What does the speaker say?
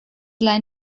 dla